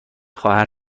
خواهر